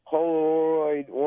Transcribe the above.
Polaroid